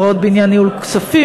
הוראות בעניין ניהול כספים,